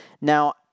Now